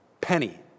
penny